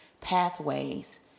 pathways